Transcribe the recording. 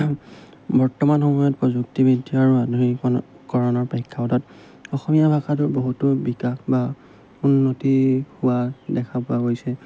বৰ্তমান সময়ত প্ৰযুক্তিবিদ্যা আৰু আধুনিকীকৰণৰ প্ৰেক্ষাপটত অসমীয়া ভাষাটোৰ বহুতো বিকাশ বা উন্নতি হোৱা দেখা পোৱা গৈছে